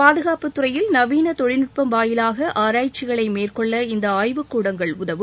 பாதுகாப்புத்துறையில் நவீன தொழில்நுட்பம் வாயிலாக ஆராய்ச்சிகளை மேற்கொள்ள இந்த ஆய்வுக்கூடங்கள் உதவும்